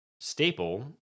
staple